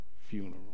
funeral